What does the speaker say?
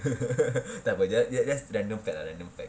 tak apa ya ya just random cut ya random cut